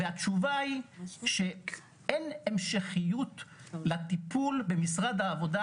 התשובה היא שאין המשכיות לטיפול במשרד העבודה